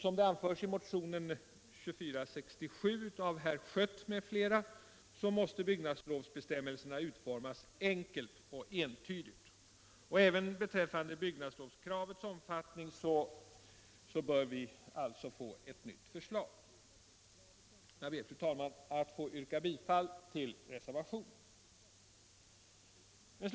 Som det anförs i motionen 2467 av herr Schött m.fl. måste byggnadslovsbestämmelserna utformas enkelt och entydigt. Även beträffande byggnadslovskravets omfattning bör vi alltså få ett nytt förslag. Jag ber, fru talman, att få yrka bifall till reservationen.